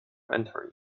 entering